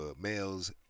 males